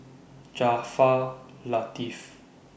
Jaafar Latiff